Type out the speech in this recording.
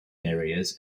areas